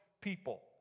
people